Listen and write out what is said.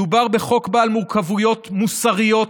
מדובר בחוק בעל מורכבויות מוסריות,